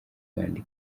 banditse